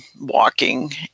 walking